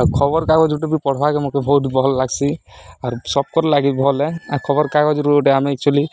ଆଉ ଖବର୍କାଗଜ୍ ଗୁଟେ ବି ପଢ଼୍ବାକେ ମତେ ବହୁତ୍ ଭଲ୍ ଲାଗ୍ସି ଆର୍ ସବ୍କର୍ଲାଗି ଭଲ୍ ଏ ଆଉ ଖବର୍କାଗଜ୍ରୁ ଗୁଟେ ଆମେ ଏକ୍ଚୁଆଲି